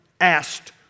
asked